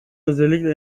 özellikle